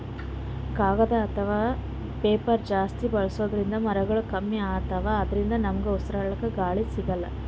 ಕಾಗದ್ ಅಥವಾ ಪೇಪರ್ ಜಾಸ್ತಿ ಬಳಸೋದ್ರಿಂದ್ ಮರಗೊಳ್ ಕಮ್ಮಿ ಅತವ್ ಅದ್ರಿನ್ದ ನಮ್ಗ್ ಉಸ್ರಾಡ್ಕ ಗಾಳಿ ಸಿಗಲ್ಲ್